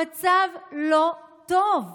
המצב לא טוב.